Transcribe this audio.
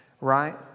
right